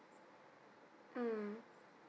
mm